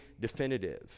definitive